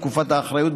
תקופת האחריות,